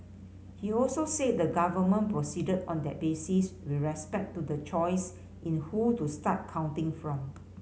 he also said the government proceeded on that basis with respect to the choice in who to start counting from